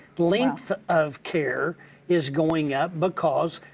length of care is going up because